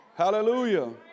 Hallelujah